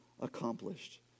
accomplished